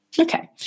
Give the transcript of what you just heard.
Okay